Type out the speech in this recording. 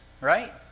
right